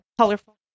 colorful